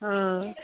हँ